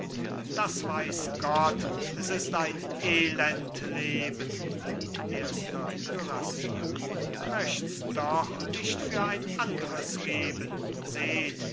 das weiß gott s ist ein elend leben erster kürassier möchts doch nicht für ein andres geben seht